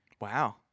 Wow